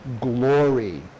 glory